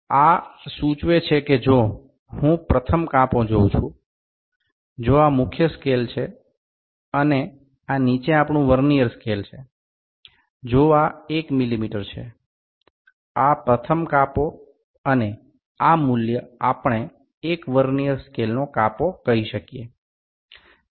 98 mm આ સૂચવે છે કે જો હું પ્રથમ કાપો જોઉં છું જો આ મુખ્ય સ્કેલ છે અને આ નીચે આપણું વર્નિઅર સ્કેલ છે જો આ 1 મીમી છે આ પ્રથમ કાપો અને આ મૂલ્ય આપણે એક વર્નીઅર સ્કેલનો કાપો કહી શકીએ તે 0